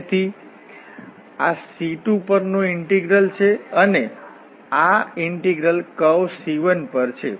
તેથી આ C2 પર નું ઇન્ટીગ્રલ છે અને આ ઇન્ટીગ્રલ કર્વ C1 પર છે